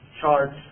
charts